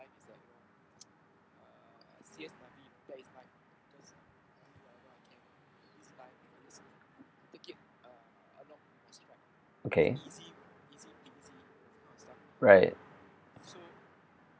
okay right